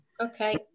okay